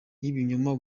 z’ibinyoma